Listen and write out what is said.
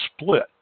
split